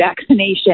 vaccination